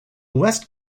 west